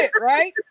right